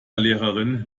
lehrerin